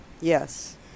yes